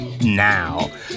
now